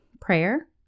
prayer